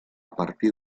partir